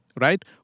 right